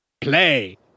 play